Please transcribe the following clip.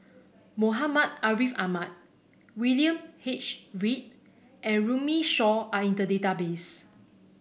Muhammad Ariff Ahmad William H Read and Runme Shaw are in the database